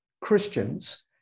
Christians